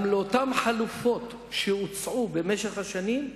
גם אותן חלופות שהוצעו במשך השנים,